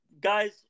Guys